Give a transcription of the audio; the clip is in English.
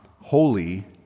holy